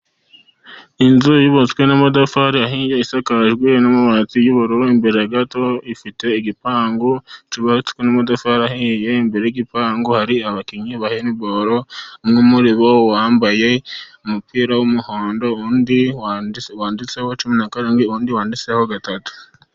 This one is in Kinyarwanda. Inzu yubatswe n'amatafari ahiye isakajwe n'amabati y'ubururu imbere gato ifite igipangu cyubatswe n'amatafari ahiye. Imbere y'igipangu hari abakinnyi ba hendi boro umwe muri bo wambaye umupira w'umuhondo, undi wanditseho cumi na karindwi, undi wanditseho gatatu.